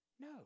No